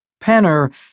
Penner